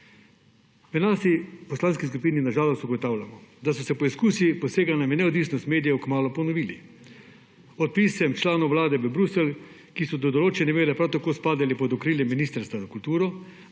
V naši poslanski skupini, na žalost, ugotavljamo, da so se poskusi poseganja v neodvisnost medijev kmalu ponovili; od pisem članov Vlade v Bruselj, ki so do določene mere prav tako spadali pod okrilje Ministrstva za kulturo,